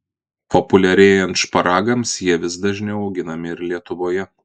populiarėjant šparagams jie vis dažniau auginami ir lietuvoje